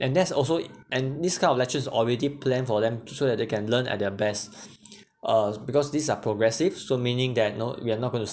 and that's also and this kind of lectures already plan for them so that they can learn at their best uh because these are progressive so meaning that you know we're not going to